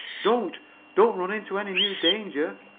don't don't run into any new danger!